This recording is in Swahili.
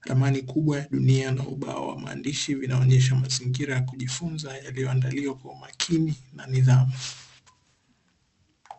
Ramani kubwa ya dunia na ubao wa maandishi vinaonyesha mazingira ya kujifunza yaliyoandaliwa kwa umakini na nidhamu.